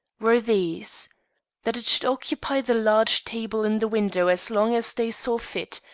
were these that it should occupy the large table in the window as long as they saw fit.